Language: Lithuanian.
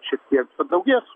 šiek tiek padaugės